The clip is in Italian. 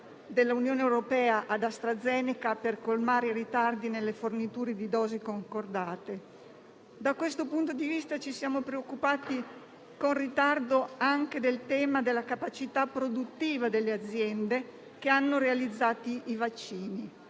dell'Unione europea ad AstraZeneca per colmare i ritardi nelle forniture di dosi concordate. Da questo punto di vista ci siamo preoccupati con ritardo anche del tema della capacità produttiva delle aziende che hanno realizzato i vaccini.